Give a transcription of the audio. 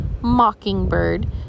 Mockingbird